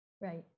Right